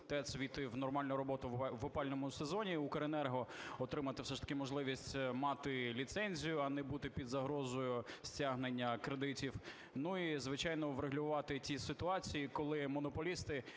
ТЕЦ увійти в нормальну роботу в опалювальному сезоні, Укренерго отримати все ж таки можливість мати ліцензію, а не бути під загрозою стягнення кредитів. І, звичайно, врегулювати ті ситуації, коли монополісти